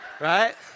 right